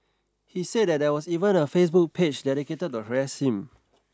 he said that there was even a Facebook page dedicated to harass him